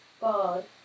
God